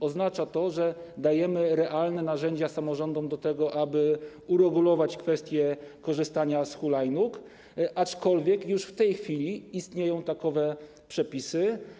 Oznacza to, że dajemy samorządom realne narzędzia służące do tego, aby uregulować kwestię korzystania z hulajnóg, aczkolwiek już w tej chwili istnieją takowe przepisy.